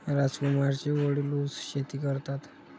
राजकुमारचे वडील ऊस शेती करतात